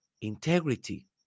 integrity